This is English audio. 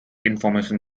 information